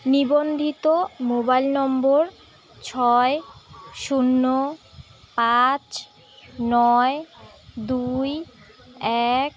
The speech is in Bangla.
নিবন্ধিত মোবাইল নম্বর ছয় শূন্য পাঁচ নয় দুই এক